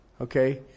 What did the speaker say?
okay